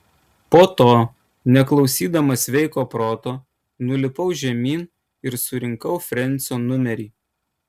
po to neklausydamas sveiko proto nulipau žemyn ir surinkau frensio numerį